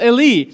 Eli